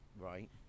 Right